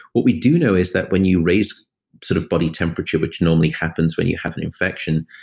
what we do know is that when you raise sort of body temperature, which normally happens when you have an infection,